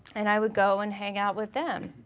and i would go and hang out with them.